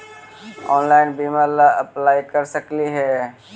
Online बीमा ला apply कर सकली हे?